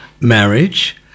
marriage